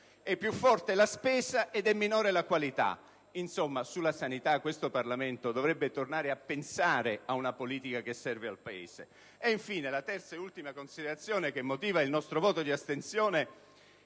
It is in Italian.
è più forte la spesa e minore la qualità. Insomma, sulla sanità questo Parlamento dovrebbe tornare a pensare ad una politica che serva al Paese. La terza e ultima considerazione che motiva il nostro voto di astensione